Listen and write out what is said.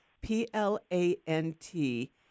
P-L-A-N-T